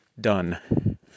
done